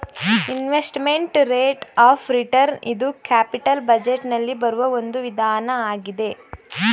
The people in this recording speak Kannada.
ಇನ್ವೆಸ್ಟ್ಮೆಂಟ್ ರೇಟ್ ಆಫ್ ರಿಟರ್ನ್ ಇದು ಕ್ಯಾಪಿಟಲ್ ಬಜೆಟ್ ನಲ್ಲಿ ಬರುವ ಒಂದು ವಿಧಾನ ಆಗಿದೆ